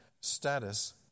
status